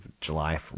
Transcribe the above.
July